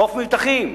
לחוף מבטחים.